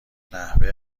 نحوه